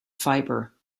fiber